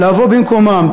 לבוא במקומם.